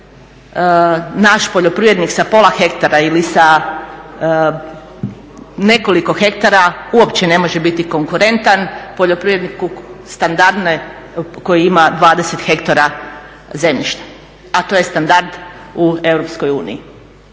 naš poljoprivrednik sa pola hektara ili sa nekoliko hektara uopće ne može biti konkurentan poljoprivredniku standardne koji ima 20 hektara zemljišta a to je standard u